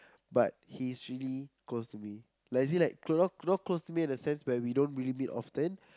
but he is really close to me like as in like close not close to me in the sense where we don't really meet often